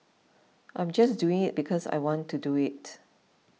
I am just doing it because I want to do it